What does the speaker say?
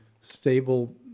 stable